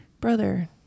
Brother